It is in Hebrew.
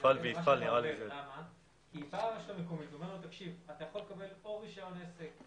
באה הרשות המקומית ואומרת שהוא יכול לקבל או רישיון עסק,